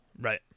Right